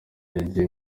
yagiye